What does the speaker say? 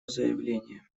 заявление